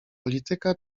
polityka